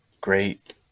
Great